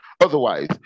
Otherwise